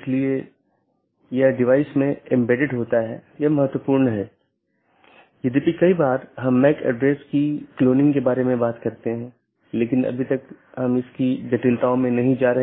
इस प्रकार हमारे पास आंतरिक पड़ोसी या IBGP है जो ऑटॉनमस सिस्टमों के भीतर BGP सपीकरों की एक जोड़ी है और दूसरा हमारे पास बाहरी पड़ोसीयों या EBGP कि